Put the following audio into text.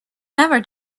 never